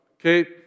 Okay